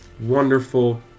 wonderful